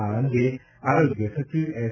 આ અંગે આરોગ્ય સચિવ એસ